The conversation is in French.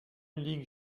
ligue